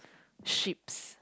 sheep's